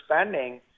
spending